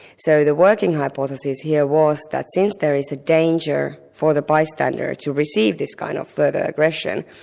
so the working hypothesis here was that since there is a danger for the bystander to receive this kind of further aggression,